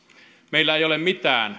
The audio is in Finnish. meillä ei ole mitään